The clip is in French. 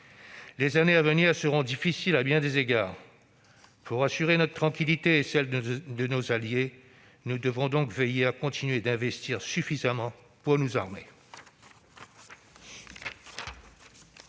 Les années à venir seront difficiles à bien des égards. Pour assurer notre tranquillité et celle de nos alliés, nous devrons veiller à continuer d'investir suffisamment pour nos armées.